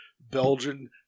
Belgian